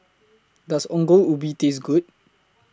Does Ongol Ubi Taste Good